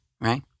right